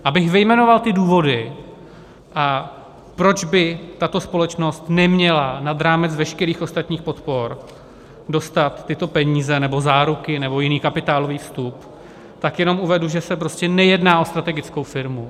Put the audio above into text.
Abych vyjmenoval ty důvody, proč by tato společnost neměla nad rámec veškerých ostatních podpor dostat tyto peníze nebo záruky nebo jiný kapitálový vstup, tak jenom uvedu, že se prostě nejedná o strategickou firmu.